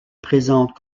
présente